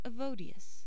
Avodius